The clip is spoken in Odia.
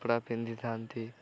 କପଡ଼ା ପିନ୍ଧିଥାନ୍ତି